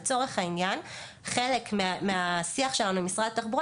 לצורך העניין חלק מהשיח שלנו עם משרד התחבורה